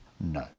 No